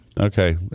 Okay